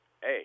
hey